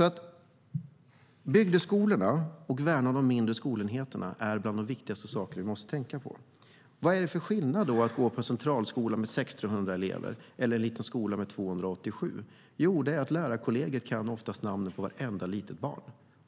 värna bygdeskolorna och den mindre skolenheterna. Vad är då skillnaden mellan en centralskola med 1 600 elever och en skola med 287 elever? Jo, att lärarkollegiet på den mindre skolan oftast kan namnet på vartenda barn.